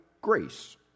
Grace